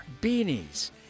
beanies